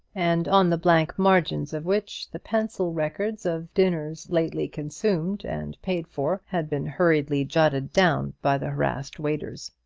and on the blank margins of which the pencil records of dinners lately consumed and paid for had been hurriedly jotted down by the harassed waiters.